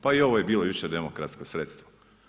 Pa i ovo je bilo jučer demokratsko sredstvo.